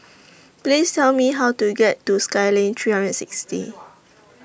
Please Tell Me How to get to Skyline three hundred and sixty